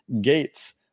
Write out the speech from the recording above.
gates